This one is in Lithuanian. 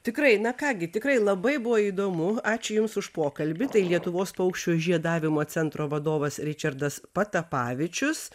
tikrai na ką gi tikrai labai buvo įdomu ačiū jums už pokalbį tai lietuvos paukščių žiedavimo centro vadovas ričardas patapavičius